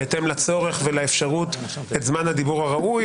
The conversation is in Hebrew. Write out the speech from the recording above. בהתאם לצורך ולאפשרות את זמן הדיבור הראוי.